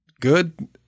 good